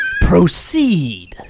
Proceed